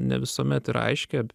ne visuomet yra aiški